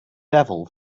devil